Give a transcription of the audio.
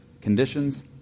conditions